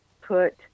put